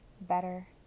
better